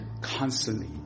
constantly